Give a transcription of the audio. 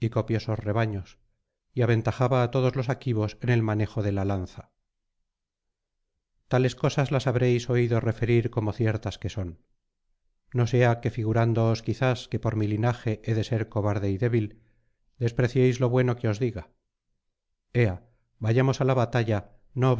copiosos rebaños y aventajaba á todos los aquivos en el manejo de la lanza tales cosas las habréis oído referir como ciertas que son xo sea que figurándoos quizás que por mi linaje he de ser cobarde y débil despreciéis lo bueno que os diga ea vayamos á la batalla no